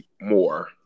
more